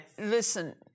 listen